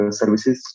services